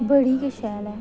बड़ी गै शैल ऐ